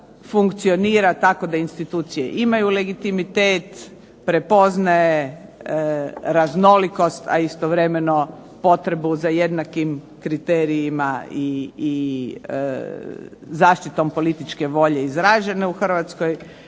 funkcionira tako da institucije imaju legitimitet prepoznaje raznolikost, a istovremeno potrebu za jednakim kriterijima i zaštitom političke volje izražene u Hrvatskoj.